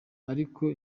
ariko